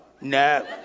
No